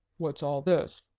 what's all this?